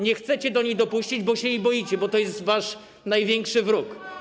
Nie chcecie do niej dopuścić, bo się jej boicie, bo to jest wasz największy wróg.